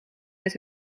met